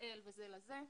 לישראל וזה לזה,